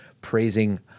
Praising